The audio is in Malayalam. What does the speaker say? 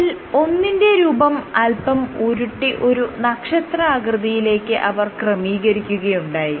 ഇതിൽ ഒന്നിന്റെ രൂപം അല്പം ഉരുട്ടി ഒരു നക്ഷത്രാകൃതിയിലേക്ക് അവർ ക്രമീകരിക്കുകയുണ്ടായി